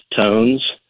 tones